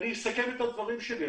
אסכם את הדברים שלי.